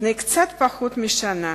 לפני קצת פחות משנה,